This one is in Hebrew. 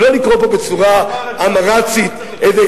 ולא לקרוא פה בצורה "עם-ארצית" איזה